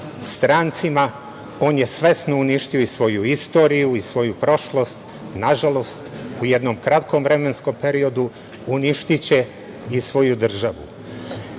strancima on je svesno uništio i svoju istoriju i svoju prošlost, na žalost u jednom kratkom vremenskom periodu uništiće i svoju državu. Mi